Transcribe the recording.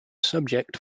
subject